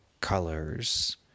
colors